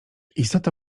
istota